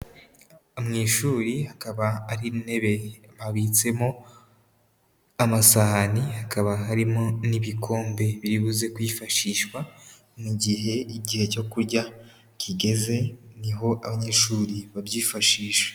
Mu ishuri hakaba ari intebe habitsemo amasahani hakaba harimo n'ibikombe biri buze kwifashishwa mu gihe igihe cyo kurya kigeze, ni ho abanyeshuri babyifashisha.